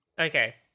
Okay